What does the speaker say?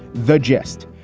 the gist?